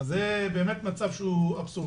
זה באמת מצב אבסורדי.